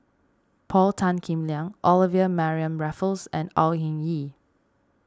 Paul Tan Kim Liang Olivia Mariamne Raffles and Au Hing Yee